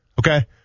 Okay